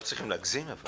אבל לא צריכים להגזים.